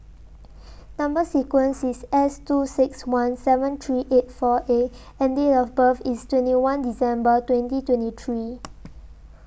Number sequence IS S two six one seven three eight four A and Date of birth IS twenty one December twenty twenty three